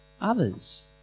others